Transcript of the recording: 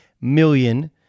million